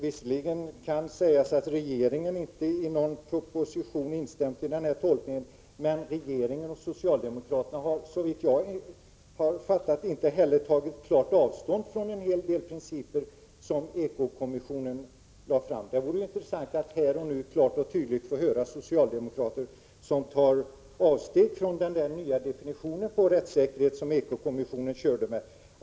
Visserligen kan det sägas att regeringen inte i någon proposition har instämt i ekobrottskommissionens tolkning, men regeringen och socialdemokraterna har, som jag har uppfattat det, inte heller tagit klart avstånd från en hel del principer som ekobrottskommissionen formulerade. Det vore intressant att här och nu få höra socialdemokrater klart och tydligt ta avstånd från ekobrottskommissionens nya definition på rättssäkerhet.